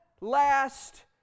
last